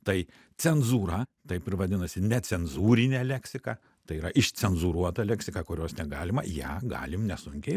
tai cenzūra taip ir vadinasi necenzūrinė leksika tai yra išcenzūruota leksika kurios negalima ją galim nesunkiai